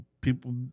people